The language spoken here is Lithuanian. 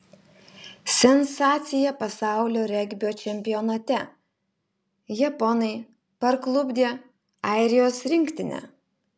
sensacija pasaulio regbio čempionate japonai parklupdė airijos rinktinę